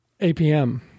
APM